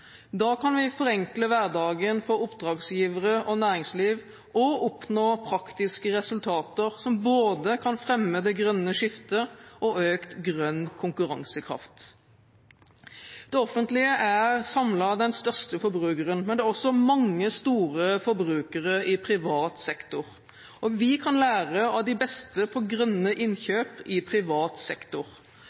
Da kan vi forenkle hverdagen for oppdragsgivere og næringsliv og oppnå praktiske resultater, som kan fremme både det grønne skiftet og økt grønn konkurransekraft. Det offentlige er samlet sett den største forbrukeren, men det er også mange store forbrukere i privat sektor, og vi kan lære av de beste på grønne innkjøp i privat sektor.